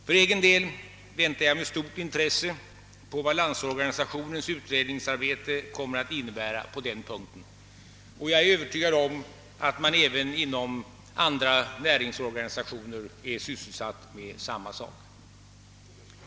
För egen del väntar jag med stort intresse på vad Landsorganisationens utredningsarbete kommer att innebära på den punkten, och jag är övertygad om att man även inom andra näringsorganisationer är sysselsatt med samma fråga.